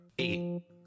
eight